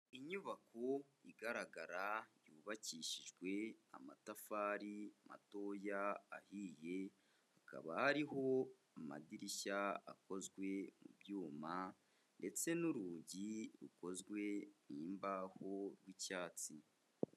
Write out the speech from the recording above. Inyubako igaragara yubakishijwe amatafari matoya ahiye, hakaba hariho amadirishya akozwe mu byuma ndetse n'urugi rukozwe mu mbaho rw'icyatsi.